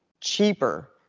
cheaper